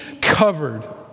covered